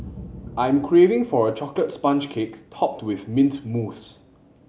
I am craving for a chocolate sponge cake topped with mint mousse